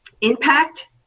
impact